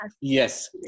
Yes